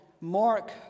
Mark